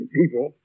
people